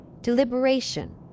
Deliberation